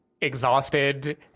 exhausted